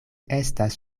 estas